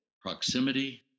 proximity